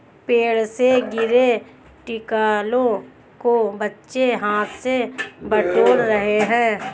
पेड़ से गिरे टिकोलों को बच्चे हाथ से बटोर रहे हैं